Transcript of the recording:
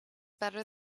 better